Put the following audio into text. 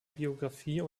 biografie